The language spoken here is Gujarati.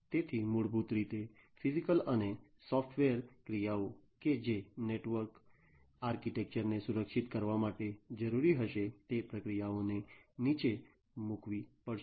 તેથી મૂળભૂત રીતે ફિઝિકલ અને સૉફ્ટવેર ક્રિયાઓ કે જે નેટવર્ક આર્કિટેક્ચરને સુરક્ષિત કરવા માટે જરૂરી હશે તે પ્રક્રિયાઓને નીચે મૂકવી પડશે